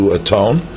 atone